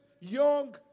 young